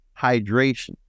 hydration